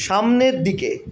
সামনের দিকে